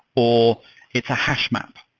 or it's a hash map.